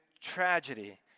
tragedy